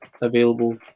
available